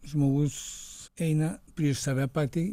žmogus eina prieš save patį